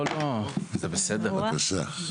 בבקשה.